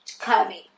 curvy